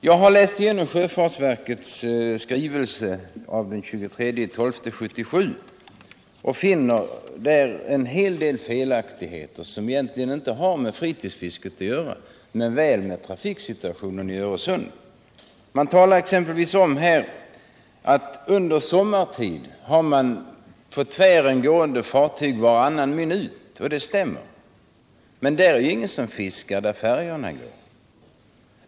Jag har läst igenom sjöfartsverkets skrivelse av den 23 december 1977 och finner där en hel del felaktigheter, som egentligen inte har med fritidsfisket att göra men väl med trafiken i Öresund. Det talas exempelvis om att det under sommaren går fartyg tvärsöver Öresund varannan minut. Det stämmer, men det är ingen som fiskar där färjorna går!